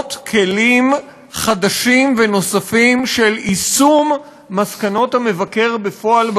לבנות כלים חדשים ונוספים ליישום מסקנות המבקר בפועל,